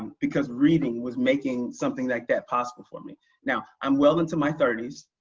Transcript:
because reading was making something like that possible for me. now, i'm well into my thirty s.